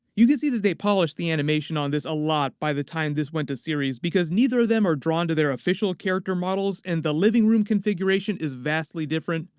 you can see that they polished the animation on this a lot by the time this went to series because neither of them are drawn to their official character models, and the living room configuration is vastly different.